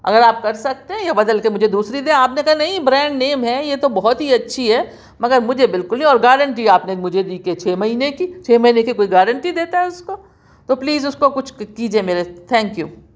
اگر آپ کر سکتے ہیں یا بدل کے مجھے دوسری دیں آپ نے کہا نہیں برانڈ نیم ہے یہ تو بہت ہی اچھی ہے مگر مجھے بالکل ہی اور گارنٹی آپ نے مجھے دی کہ چھ مہینے کی چھ مہینے کی کوئی گارنٹی دیتا ہے اُس کو تو پلیز اُس کو کچھ کیجیے میرے تھینک یو